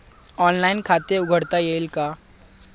Online खाते उघडता येईल का?